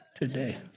today